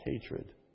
hatred